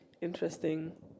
Interesting